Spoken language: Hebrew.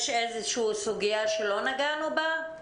יש איזושהי סוגיה שלא נגענו בה?